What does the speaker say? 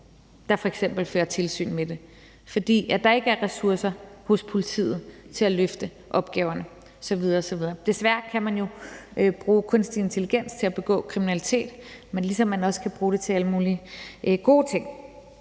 der f.eks. fører tilsyn med det, og fordi der ikke er ressourcer hos politiet til at løfte opgaverne osv. osv. Desværre kan man jo bruge kunstig intelligens til at begå kriminalitet, ligesom man også kan bruge det til alle mulige gode ting.